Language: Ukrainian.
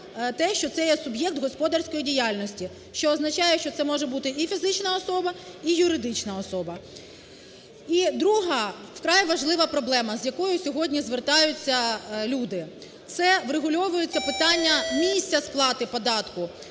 те, що це є суб'єкт господарської діяльності, що означає, що це може бути і фізична особа, і юридична особа. І друга, вкрай важлива проблема, з якою сьогодні звертаються люди. Це врегульовується питання місця сплати податку